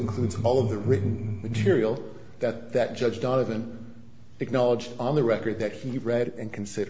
includes all of the written material that that judge donovan acknowledged on the record that he read and consider